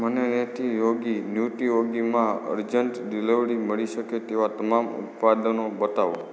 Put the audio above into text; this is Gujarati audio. મને નટી યોગી ન્યુટી યોગીમાં અરજન્ટ ડીલિવરી મળી શકે તેવા તમામ ઉત્પાદનો બતાવો